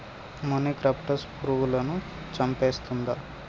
మొనిక్రప్టస్ పురుగులను చంపేస్తుందా?